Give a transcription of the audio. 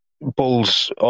Bulls